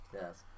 Yes